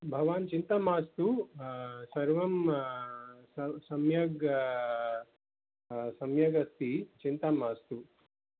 भवान् चिन्ता मास्तु सर्वं सम्यग् सम्यगस्ति चिन्ता मास्तु